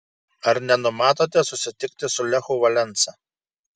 ar nenumatote susitikti su lechu valensa